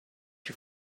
you